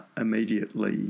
immediately